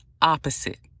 opposite